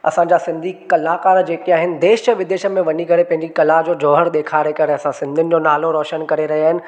असांजा सिंधी कलाकार जेके आहिनि देश विदेश में वञी करे पंहिंजी कला जो जोहर ॾेखारे करे असां सिंधियुनि जो नालो रोशन करे रहियां आहिनि